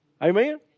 Amen